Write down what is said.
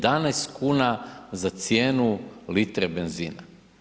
11 kn za cijenu litre benzina.